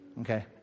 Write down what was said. Okay